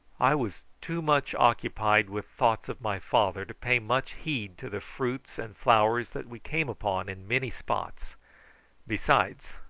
i was too much occupied with thoughts of my father to pay much heed to the fruits and flowers that we came upon in many spots besides,